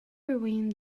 rewind